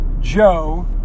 Joe